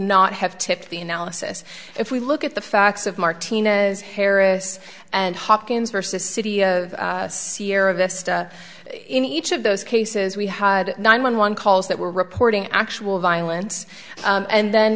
analysis if we look at the facts of martinez harris and hopkins versus city of sierra vista in each of those cases we had nine one one calls that were reporting actual violence and then